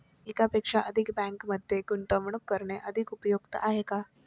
एकापेक्षा अधिक बँकांमध्ये गुंतवणूक करणे अधिक उपयुक्त आहे का?